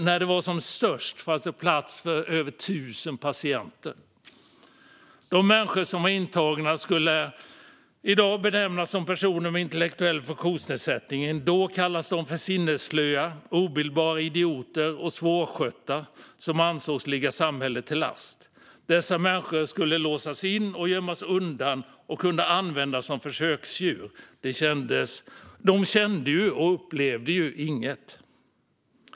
När det var som störst fanns det plats för över 1 000 patienter. De människor som var intagna skulle i dag benämnas som personer med intellektuell funktionsnedsättning, men då kallades de sinnesslöa, obildbara idioter och svårskötta. De ansågs ligga samhället till last. Dessa människor skulle låsas in och gömmas undan, och de kunde användas som försöksdjur - de kände och upplevde ju inget.